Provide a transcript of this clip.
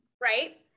right